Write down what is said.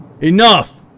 Enough